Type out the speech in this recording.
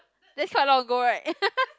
that's quite long ago right